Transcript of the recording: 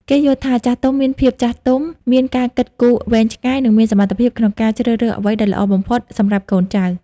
គេយល់ថា ចាស់ទុំមានភាពចាស់ទុំ មានការគិតគូរវែងឆ្ងាយ និងមានសមត្ថភាពក្នុងការជ្រើសរើសអ្វីដែលល្អបំផុតសម្រាប់កូនចៅ។